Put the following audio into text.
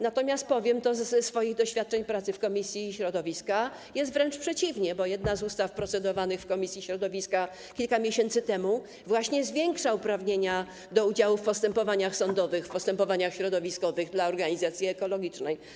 Na podstawie swoich doświadczeń z pracy w komisji środowiska powiem, że jest wręcz przeciwnie, bo jedna z ustaw procedowanych w komisji środowiska kilka miesięcy temu właśnie zwiększa uprawnienia do udziału w postępowaniach sądowych, w postępowaniach środowiskowych dla organizacji ekologicznych.